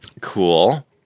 Cool